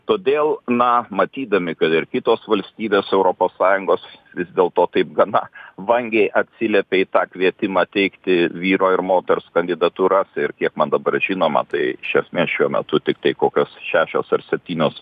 todėl na matydami kad ir kitos valstybės europos sąjungos vis dėl to taip gana vangiai atsiliepė į tą kvietimą teikti vyro ir moters kandidatūras ir kiek man dabar žinoma tai iš esmės šiuo metu tiktai kokios šešios ar septynios